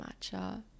matcha